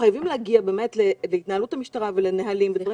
חייבים להגיע להתנהלות המשטרה ולנהלים.